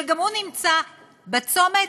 שגם הוא נמצא בצומת,